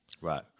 Right